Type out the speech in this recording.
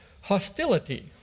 Hostility